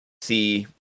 see